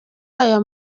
aya